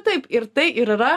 taip ir tai yra